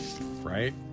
Right